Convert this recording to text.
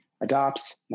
adopts